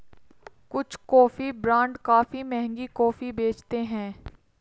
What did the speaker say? कुछ coffee brand काफी महंगी कॉफी बेचते हैं